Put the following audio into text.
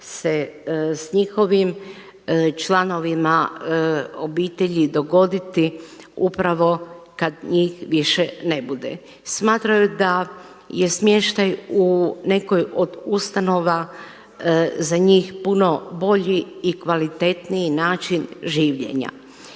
se s njihovim članovima obitelji dogoditi upravo kad njih više ne bude. Smatraju da je smještaj u nekoj od ustanova za njih puno bolji i kvalitetniji način življenja.